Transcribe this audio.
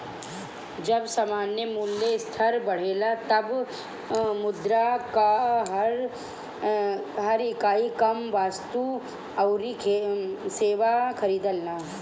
जब सामान्य मूल्य स्तर बढ़ेला तब मुद्रा कअ हर इकाई कम वस्तु अउरी सेवा खरीदेला